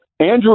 Andrew